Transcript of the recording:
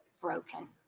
broken